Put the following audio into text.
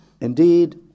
indeed